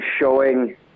showing